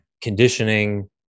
conditioning